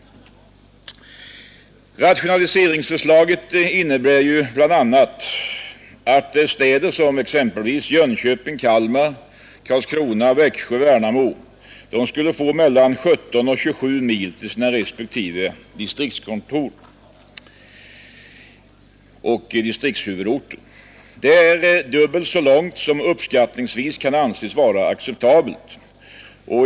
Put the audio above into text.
Rationaliseringsförslaget innebär ju bl.a. att städer som exempelvis Jönköping, Kalmar, Karlskrona, Växjö och Värnamo skulle ligga mellan 17 och 27 mil från respektive distriktshuvudort. Det är dubbelt så långt som uppskattningsvis kan anses vara acceptabelt.